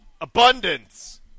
Abundance